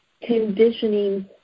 conditioning